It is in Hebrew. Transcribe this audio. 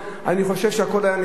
אני חושב שהכול היה נראה אחרת.